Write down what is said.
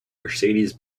mercedes